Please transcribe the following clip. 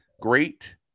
Great